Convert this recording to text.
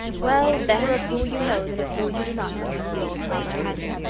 well, better a fool you know than a fool you do not know, as the old proverb has it,